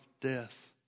death